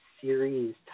series